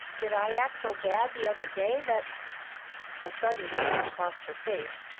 did i act so bad the other day that a sudden change crossed her face.